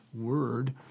word